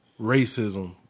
racism